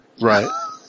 Right